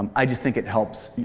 i just think it helps,